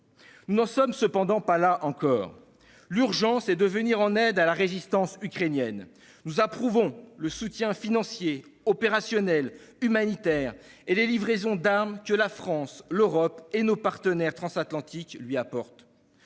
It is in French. Nous n'en sommes cependant pas là encore. L'urgence est de venir en aide à la résistance ukrainienne. Nous approuvons le soutien financier, opérationnel, humanitaire et les livraisons d'armes que la France, l'Europe et nos partenaires transatlantiques lui apportent,